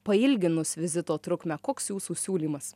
pailginus vizito trukmę koks jūsų siūlymas